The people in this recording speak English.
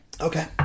Okay